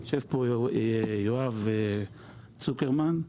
יושב פה יואב צוקרמן.